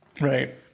right